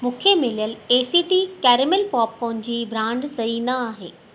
मूंखे मिलियल A C T caramel popcorn जी ब्रांड सही न आहे